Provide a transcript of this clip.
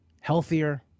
Healthier